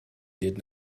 did